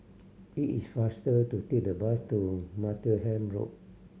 it is faster to take the bus to Martlesham Road